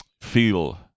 feel